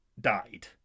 died